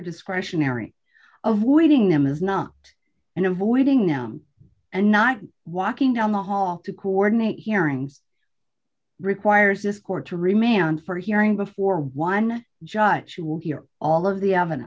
discretionary avoiding them is not and avoiding them and not walking down the hall to coordinate hearings requires this court to remand for a hearing before one judge who will hear all of the